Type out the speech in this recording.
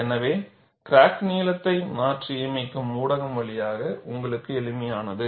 எனவே கிராக் நீளத்தை மாற்றியமைக்கும் ஊடகம் வழியாக உங்களுக்கு எளிமையானது